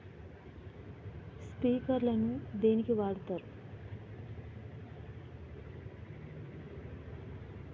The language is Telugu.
స్ప్రింక్లర్ ను దేనికి వాడుతరు?